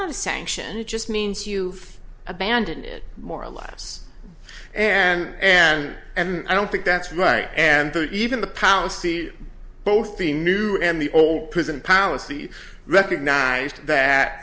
not a sanction just means you abandon it more or less and and and i don't think that's right and even the policy both the new and the old prison policy recognized that